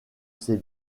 ses